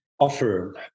offer